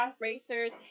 racers